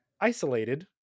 isolated